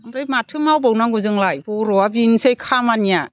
ओमफ्राय माथो मावबावनांगौ जोंलाय बर'आ बेनोसै खामानिया